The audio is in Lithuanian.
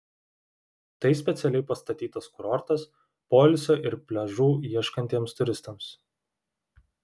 tai specialiai pastatytas kurortas poilsio ir pliažų ieškantiems turistams